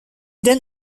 then